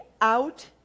out